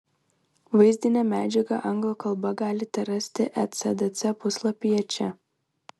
vaizdinę medžiagą anglų kalba galite rasti ecdc puslapyje čia